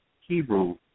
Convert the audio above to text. Hebrew